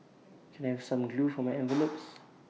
can I have some glue for my envelopes